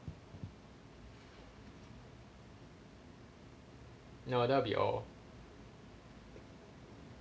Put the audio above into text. no other be~ oh